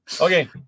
Okay